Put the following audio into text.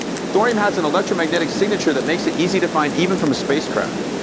thorium has an electromagnetic signature that makes it easy to find even from a spacecraft.